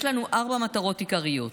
יש לנו ארבע מטרות עיקריות: